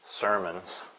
sermons